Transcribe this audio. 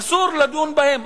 אסור לדון בהם,